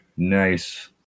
Nice